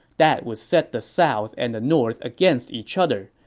that will set the south and the north against each other,